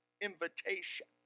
invitation